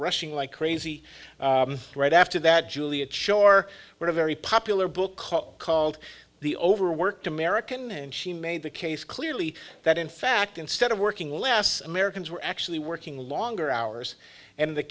rushing like crazy right after that juliet schor when a very popular book called called the overworked american and she made the case clearly that in fact instead of working less americans were actually working longer hours and the